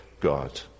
God